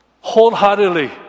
Wholeheartedly